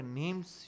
names